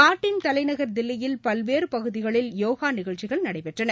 நாட்டின் தலைநகர் தில்லியில் பல்வேறுபகுதிகளில் யோகாநிகழ்ச்சிகள் நடைபெற்றன